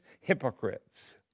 hypocrites